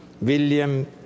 William